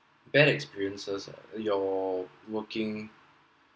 bad experiences ah your working